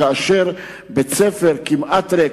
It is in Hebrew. כאשר בית-ספר כמעט ריק,